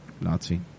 Nazi